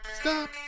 Stop